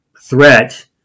threat